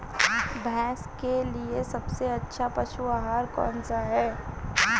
भैंस के लिए सबसे अच्छा पशु आहार कौनसा है?